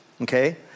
okay